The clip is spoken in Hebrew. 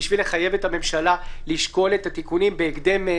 בשביל לחייב את הממשלה לשקול את התיקונים יותר בהקדם.